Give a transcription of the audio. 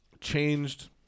changed